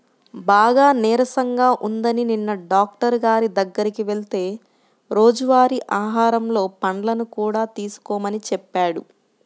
బాగా నీరసంగా ఉందని నిన్న డాక్టరు గారి దగ్గరికి వెళ్తే రోజువారీ ఆహారంలో పండ్లను కూడా తీసుకోమని చెప్పాడు